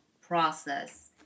process